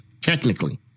Technically